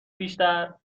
بیشتر